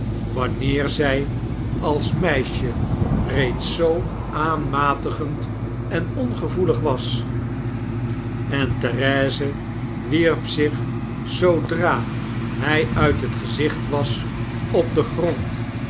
wanneer zy a ls meisje reeds zoo aanmatigend en ongevoelig was en therese wierp zich zoodra hg uit net gezicht was op den grond